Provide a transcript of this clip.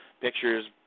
pictures